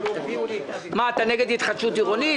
אתה נגד התחדשות עירונית?